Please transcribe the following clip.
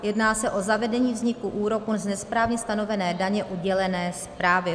Jedná se o zavedení vzniku úroku z nesprávně stanovené daně u dělené správy.